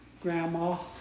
Grandma